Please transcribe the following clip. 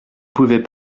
pouvez